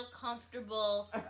comfortable